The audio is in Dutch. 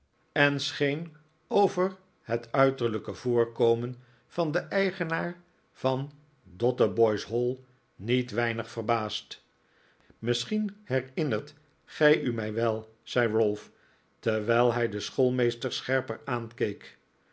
en scheen over het uiterlijke nikolaas maakt kennis met squeers a voorkomen van den eigenaar van dotheboys hall niet weinig verbaasd misschien herinnert gij u mij wel zei ralph terwijl hij den schoolmeester scherper aankeek